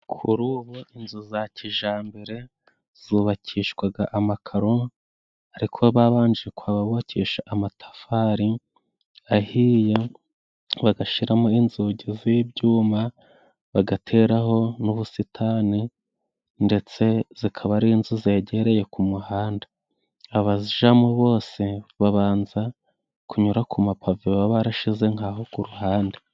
Kuri ubu inzu za kijyambere zubakishwa amakaro, ariko babanje kubakisha amatafari ahiye, bagashiramo inzugi z'ibyuma, bagateraho n'ubusitani, ndetse zikaba ari inzu zegereye ku muhanda. Abazijyamo bose babanza kunyura ku mapave baba barashyize aho ku ruhande.